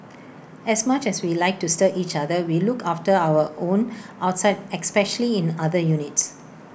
as much as we like to stir each other we look after our own outside especially in other units